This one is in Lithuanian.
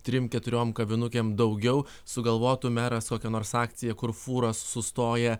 trim keturiom kavinukėm daugiau sugalvotų meras kokią nors akciją kur fūros sustoja